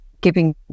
giving